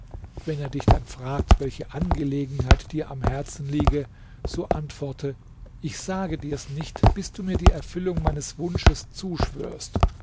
wenn er dich dann fragt welche angelegenheit dir am herzen liege so antworte ich sage dir's nicht bis du mir die erfüllung meines wunsches zuschwörst